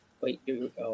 Wait